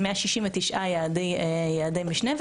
166 יעדי משנה,